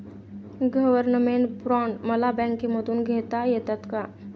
Government bond मला बँकेमधून घेता येतात का?